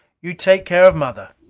you take care of mother.